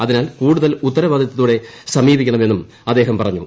അതിനാൽ കൂടുതൽ ഉത്തരവാദിത്തത്തോടെ സമീപിക്കണമെന്നും അദ്ദേഹം പറഞ്ഞു